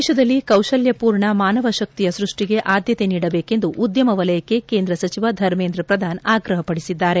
ದೇಶದಲ್ಲಿ ಕೌಶಲ್ಯರ್ಣ ಮಾನವ ಶಕ್ತಿಯ ಸೃಷ್ಟಿಗೆ ಆದ್ಯತೆ ನೀಡಬೇಕೆಂದು ಉದ್ಯಮ ವಲಯಕ್ಕೆ ಕೇಂದ್ರ ಸಚಿವ ಧರ್ಮೇಂದ್ರ ಪ್ರಧಾನ್ ಆಗ್ರಹ ಪಡಿಸಿದ್ದಾರೆ